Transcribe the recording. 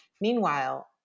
Meanwhile